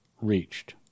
reached